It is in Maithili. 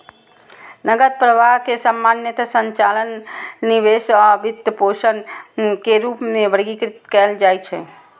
नकद प्रवाह कें सामान्यतः संचालन, निवेश आ वित्तपोषण के रूप मे वर्गीकृत कैल जाइ छै